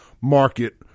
market